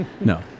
No